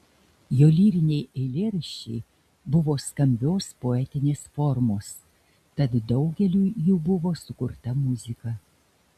jo lyriniai eilėraščiai buvo skambios poetinės formos tad daugeliui jų buvo sukurta muzika